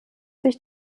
sich